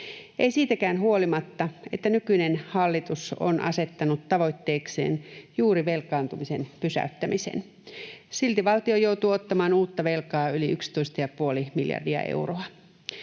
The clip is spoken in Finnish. ei siitäkään huolimatta, että nykyinen hallitus on asettanut tavoitteekseen juuri velkaantumisen pysäyttämisen. Silti valtio joutuu ottamaan uutta velkaa yli 11,5 miljardia euroa.